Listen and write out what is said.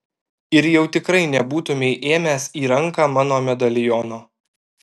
ir jau tikrai nebūtumei ėmęs į ranką mano medaliono